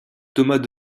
thomas